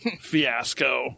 fiasco